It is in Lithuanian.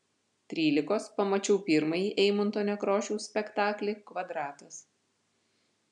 trylikos pamačiau pirmąjį eimunto nekrošiaus spektaklį kvadratas